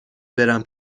برم